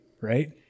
right